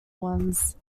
ones